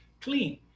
clean